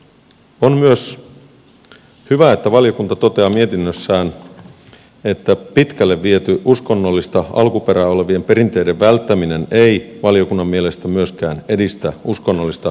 on myös hyvä että valiokunta toteaa mietinnössään että pitkälle viety uskonnollista alkuperää olevien perinteiden välttäminen ei valiokunnan mielestä myöskään edistä uskonnollista suvaitsevaisuutta